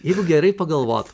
jeigu gerai pagalvot